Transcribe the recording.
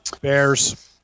Bears